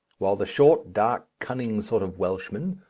while the short, dark, cunning sort of welshman,